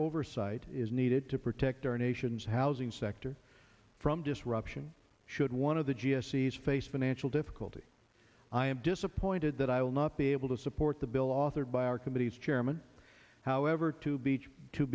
oversight is needed to protect our nation's housing sector from disruption should one of the g s e's face financial difficulty i am disappointed that i will not be able to support the bill authored by our committee's chairman however to beach to